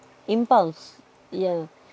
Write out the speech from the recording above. impulse yeah